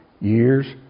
years